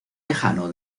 lejano